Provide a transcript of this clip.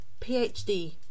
PhD